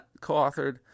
co-authored